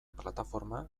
plataforma